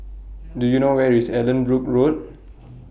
Do YOU know Where IS Allanbrooke Road